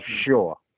sure